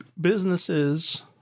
Businesses